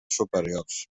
superiors